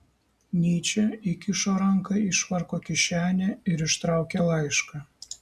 nyčė įkišo ranką į švarko kišenę ir ištraukė laišką